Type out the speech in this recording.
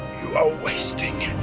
you are wasting,